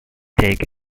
take